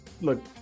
look